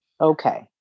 okay